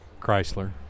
Chrysler